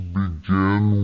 begin